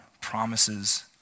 promises